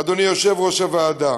אדוני יושב-ראש הוועדה.